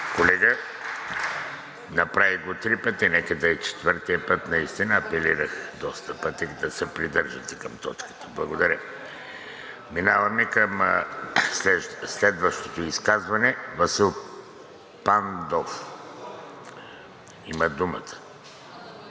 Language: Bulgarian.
колега. Направих го три пъти, нека да е четвъртият път. Наистина апелирах доста пъти да се придържате към точката. Благодаря. Преминаваме към следващото изказване – Васил Пандов има думата. ВАСИЛ